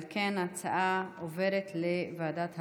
על כן, ההצעה עוברת לוועדת הבריאות.